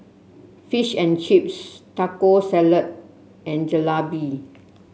Fish and Chips Taco Salad and Jalebi